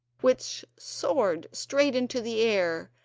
which soared straight into the air,